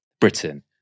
Britain